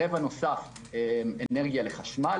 רבע נוסף אנרגיה לחשמל,